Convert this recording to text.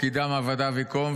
כי דם עבדיו יקום,